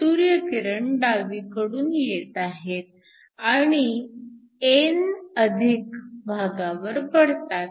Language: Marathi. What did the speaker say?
सूर्यकिरण डावीकडून येत आहेत आणि n भागावर पडतात